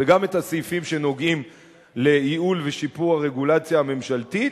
וגם את הסעיפים שנוגעים לייעול ולשיפור הרגולציה הממשלתית.